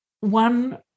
One